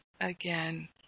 again